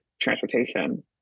transportation